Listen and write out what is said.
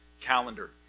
calendar